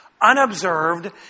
unobserved